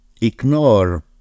ignore